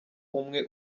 umwe